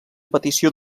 petició